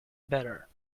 better